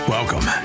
Welcome